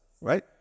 right